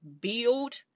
build